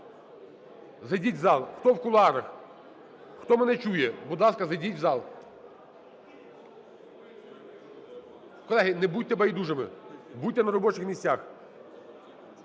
зайдіть в зал. Хто в кулуарах, хто мене чує, будь ласка, зайдіть в зал. Колеги, не будьте байдужими, будьте на робочих місцях.